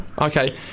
Okay